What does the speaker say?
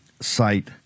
site